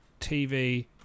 TV